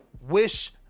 wish